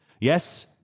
Yes